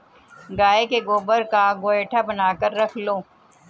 गाय के गोबर का गोएठा बनाकर रख लो